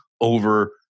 over